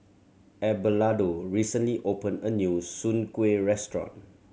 Abelardo recently opened a new Soon Kueh restaurant